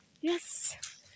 Yes